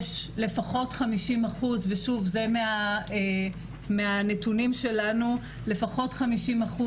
יש לפחות 50%, ושוב זה מהנתונים שלנו, לפחות 50%